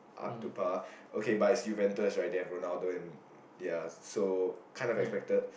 up to par okay but it's Juventus right they have Ronaldo and ya so kind of expected